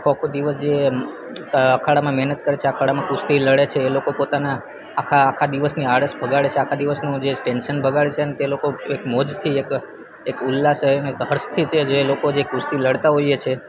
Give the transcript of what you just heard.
આખો આખો દિવસ જે અખાડામાં મહેનત કરે છે અખાડામાં કુસ્તી લડે છે એ લોકો પોતાના આખા આખા દિવસની આળસ ભગાડે છે આખા દિવસનું જે ટેન્શન ભગાડે છે તે લોકો એક મોજથી એક એક ઉલ્લાસ રહીને હર્ષથી તે લોકો જે કુસ્તી લડતા હોઈએ છે